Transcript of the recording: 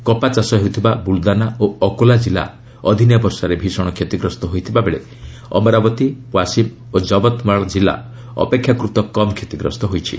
କପା ଚାଷ ହେଉଥିବା ବୁଲଦାନା ଓ ଅକୋଲା ଜିଲ୍ଲା ଅଦିନିଆ ବର୍ଷାରେ ଭୀଷଣ କ୍ଷତିଗ୍ରସ୍ତ ହୋଇଥିବାବେଳେ ଅମରାବତୀ ଓ୍ୱାସିମ୍ ଓ ଜବତ୍ମାଳ କିଲ୍ଲା ଅପେକ୍ଷାକୃତ କମ୍ କ୍ଷତିଗ୍ରସ୍ତ ହୋଇଛି